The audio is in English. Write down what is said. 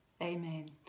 Amen